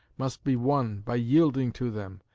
must be won by yielding to them,